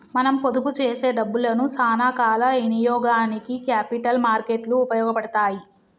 మనం పొదుపు చేసే డబ్బులను సానా కాల ఇనియోగానికి క్యాపిటల్ మార్కెట్ లు ఉపయోగపడతాయి